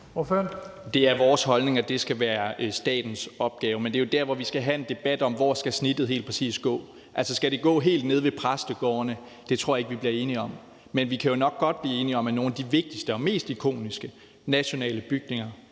(DF): Vores holdning er, at det skal være statens opgave. Men det er jo der, vi skal have en debat om, hvor snittet helt præcis skal være. Skal det være helt nede ved præstegårdene? Det tror jeg ikke vi bliver enige om. Men vi kan nok godt blive enige om, at der for nogle af de vigtigste og mest ikoniske nationale bygninger